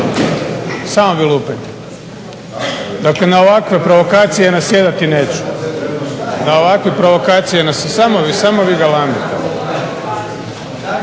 Samo vi lupajte. Dakle, na ovakve provokacije nasjedati neću. Na ovakve provokacije … /Govornici govore